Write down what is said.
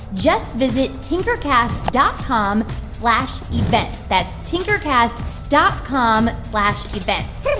just visit tinkercast dot com slash events. that's tinkercast dot com slash events.